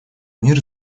мир